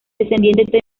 descendiente